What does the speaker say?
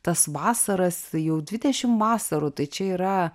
tas vasaras jau dvidešim vasarų tai čia yra